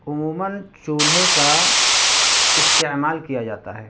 عموماً چولہے کا استعمال کیا جاتا ہے